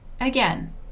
Again